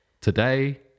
today